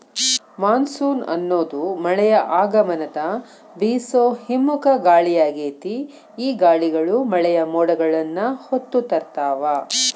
monsoon ಅನ್ನೋದು ಮಳೆಯ ಆಗಮನದ ಬೇಸೋ ಹಿಮ್ಮುಖ ಗಾಳಿಯಾಗೇತಿ, ಈ ಗಾಳಿಗಳು ಮಳೆಯ ಮೋಡಗಳನ್ನ ಹೊತ್ತು ತರ್ತಾವ